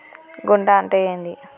గుంట అంటే ఏంది?